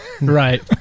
Right